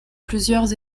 plusieurs